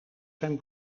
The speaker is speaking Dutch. zijn